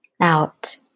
out